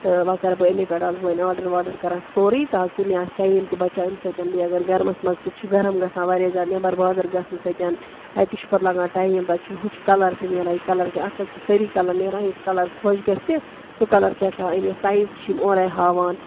تہٕ وَ کَرٕ بہٕ امی پٮ۪ٹھ آس بہٕ وَنۍ آرڈَر واڈَر کَران سورُے تاکہِ مےٚ آسہِ ٹایم تہِ بَچان اَمہِ سۭتۍ تہِ بیٚیہِ اَگر گَرمَس مَنٛز تہِ چھُ گَرم گژھان واریاہ زیادٕ نٮ۪بَر بازَر گژھنہٕ سۭتٮ۪ن تَتہِ چھُ پَتہٕ لگان ٹایَم تَتہِ چھُنہٕ ہُہ کَلَر تہِ نیران یہِ کَلَر تہِ اَتھ پٮ۪ٹھ چھِ سٲری کَلَر نیران یُس کَلَر خۄش گژھِ سُہ کَلَر چھِ ہٮ۪کان أنِتھ سایِز چھِ یِم اورَے ہاوان